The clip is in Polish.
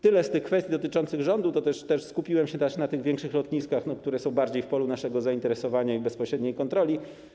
Tyle z tych kwestii dotyczących rządu, dlatego też skupiłem się na tych większych lotniskach, które są bardziej w polu naszego zainteresowania i bezpośredniej kontroli.